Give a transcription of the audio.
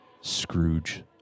Scrooge